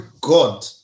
god